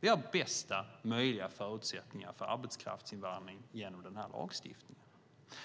Vi har bästa möjliga förutsättningar för arbetskraftsinvandring genom den här lagstiftningen.